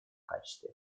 качестве